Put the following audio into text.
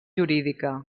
jurídica